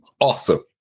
awesome